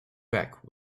back